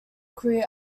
career